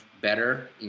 better